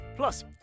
Plus